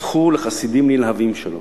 הפכו לחסידים נלהבים שלו,